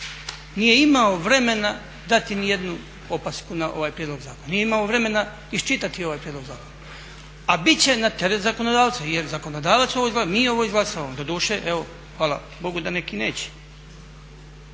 Nije imao vremena dati ni jednu opasku na ovaj prijedlog zakona, nije imao vremena iščitati ovaj prijedlog zakona, a bit će na teret zakonodavac jer zakonodavac ovo, mi ovo izglasavamo doduše evo hvala Bogu da neki neće.